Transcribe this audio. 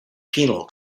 penal